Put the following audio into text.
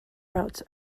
routes